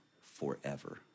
forever